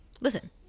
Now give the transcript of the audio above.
Listen